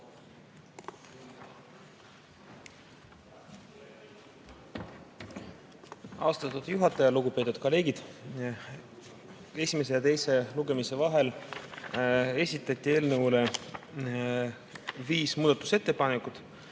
Austatud juhataja! Lugupeetud kolleegid! Esimese ja teise lugemise vahel esitati eelnõu kohta viis muudatusettepanekut.